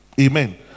Amen